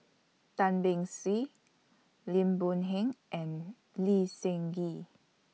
Tan Beng Swee Lim Boon Heng and Lee Seng Gee